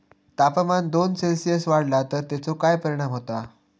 तापमान दोन सेल्सिअस वाढला तर तेचो काय परिणाम होता?